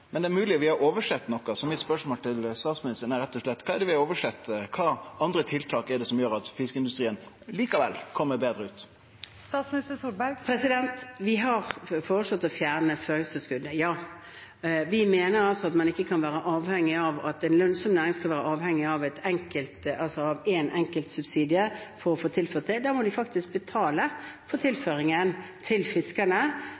Men det er mogleg vi har oversett noko, så spørsmålet mitt til statsministeren er rett og slett: Kva er det vi har oversett? Kva andre tiltak er det som gjer at fiskeindustrien likevel kjem betre ut? Vi har foreslått å fjerne føringstilskuddet – ja. Vi mener at en lønnsom næring ikke skal være avhengig av én enkelt subsidie for å tilført det. Da må de faktisk betale for tilføringen til fiskerne, for at den fisken leveres. Det blir altså opp til næringslivet som drifter dette, å betale for